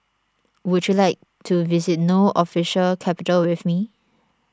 would you like to visit No Official Capital with me